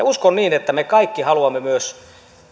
uskon että me kaikki haluamme myös